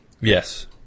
Yes